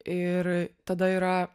ir tada yra